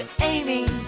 Amy